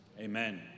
Amen